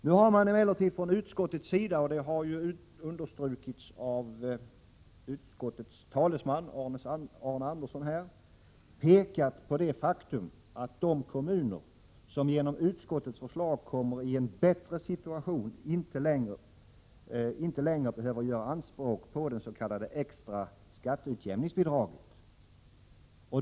Nu har man emellertid från utskottets sida — och det har understrukits av utskottets talesman Arne Andersson i Gamleby — pekat på det faktum att de kommuner som genom utskottets förslag kommer i en bättre situation inte längre behöver göra anspråk på s.k. extra skatteutjämningsbidrag.